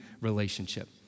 relationship